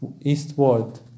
eastward